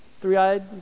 Three-eyed